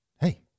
hey